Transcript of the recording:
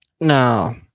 No